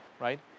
right